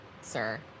sir